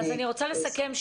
אז אני רוצה לסכם.